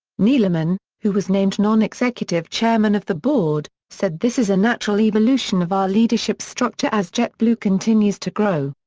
neeleman, who was named non-executive chairman of the board, said this is a natural evolution of our leadership structure as jetblue continues to grow.